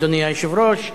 אדוני היושב-ראש,